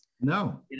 No